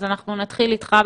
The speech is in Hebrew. אז אנחנו נתחיל איתך,